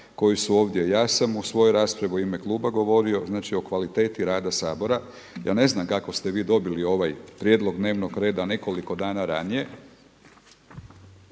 koji su ovdje, ja sam u svojo raspravi u ime kluba govorio znači o kvaliteti rada Sabora. Ja ne znam kako ste vi dobili ovaj prijedlog dnevnog reda nekoliko dana ranije,